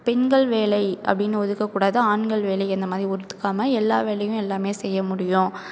பெண்கள் வேலை அப்படின்னு ஒதுக்கக்கூடாது ஆண்கள் வேலை அந்த மாதிரி ஒதுக்காம எல்லா வேலையும் எல்லாம் செய்ய முடியும்